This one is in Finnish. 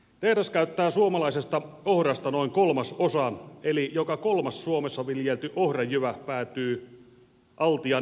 tehdas käyttää suomalaisesta ohrasta noin kolmasosan eli joka kolmas suomessa viljelty ohranjyvä päätyy altian ilmajoen tehtaalle